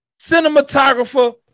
cinematographer